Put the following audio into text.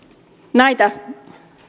näitä